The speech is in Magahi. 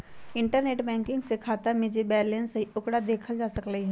इंटरनेट बैंकिंग से खाता में जे बैलेंस हई ओकरा देखल जा सकलई ह